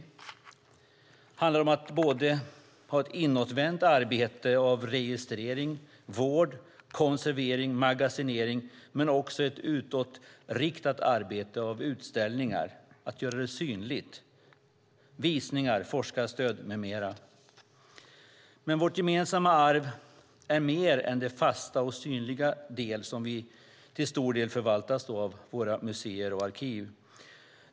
Det handlar om både ett inåtvänt arbete med registrering, vård, konservering och magasinering och om ett utåtriktat arbete där man gör det synligt genom utställningar, visningar, forskarstöd med mera. Men vårt gemensamma arv är mer än den fasta och synliga del som till stor del förvaltas vid våra museer och arkiv.